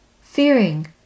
fearing